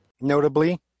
Notably